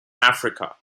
africa